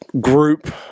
group